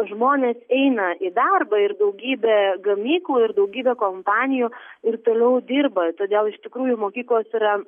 žmonės eina į darbą ir daugybė gamyklų ir daugybė kompanijų ir toliau dirba todėl iš tikrųjų mokyklos yra